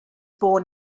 born